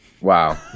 Wow